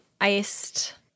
iced